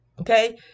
okay